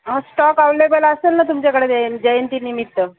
stock available असेल ना तुमच्याकडे जय जयंती निमित्त